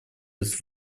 этот